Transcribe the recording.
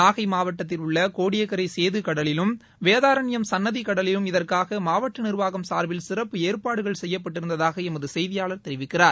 நாகை மாவட்டத்தில் உள்ள கோடியக்கரை சேது கடலிலி லும் வேதாரண்யம் சன்னதி கடலி லும் இதற்காக மாவட்ட நிா் வாகம் சாா் பில் சிற் பப் ஏற்பாடுகள் செய்யப்பட்டி ருந்ததாக வாழ்க்களம்து பாட்டி செய்தியாளார் தொ ிவிக்கிறாார்